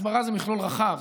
הסברה זה מכלול רחב,